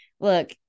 look